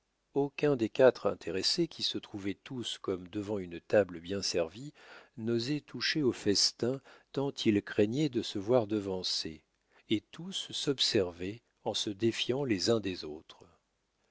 aucun des quatre intéressés qui se trouvaient tous comme devant une table bien servie n'osait toucher au festin tant il craignait de se voir devancé et tous s'observaient en se défiant les uns des autres